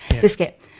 biscuit